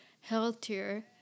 healthier